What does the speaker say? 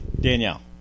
Danielle